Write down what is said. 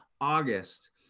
August